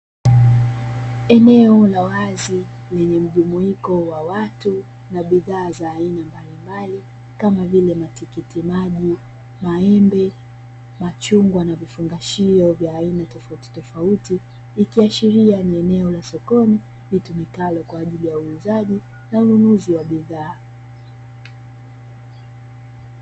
Eneo la wazi lenye mjumuiko wa watu na bidhaa za aina mbalimbali kama vile: matikitimaji, maembe, machungwa na vifungashio vya aina tofautitofauti ikiashiria ni eneo la sokoni litumikalo kwa ajili ya uuzaji na ununuzi wa bidhaa.